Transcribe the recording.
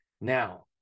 now